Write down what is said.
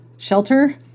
Shelter